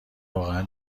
واقعا